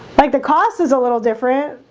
like the cost is a little different,